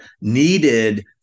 needed